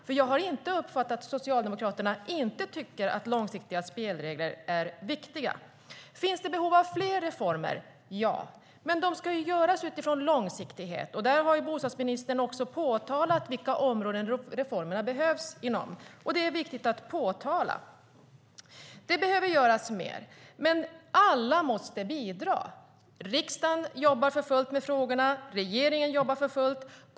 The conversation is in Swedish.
Jag har nämligen inte uppfattat att Socialdemokraterna inte tycker att långsiktiga spelregler är viktiga. Finns det behov av fler reformer? Ja, men de ska göras utifrån långsiktighet. Bostadsministern har också påpekat vilka områden reformerna behövs inom, vilket är viktigt. Det behöver göras mer, och alla måste bidra. Riksdagen och regeringen jobbar för fullt med frågorna.